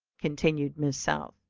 continued miss south.